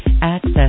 Access